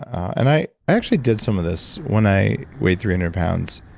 and i actually did some of this when i weighed three hundred pounds.